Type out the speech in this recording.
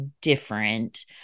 different